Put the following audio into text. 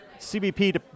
CBP